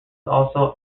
also